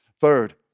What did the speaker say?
Third